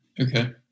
Okay